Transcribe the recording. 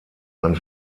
man